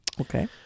Okay